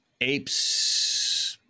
Apes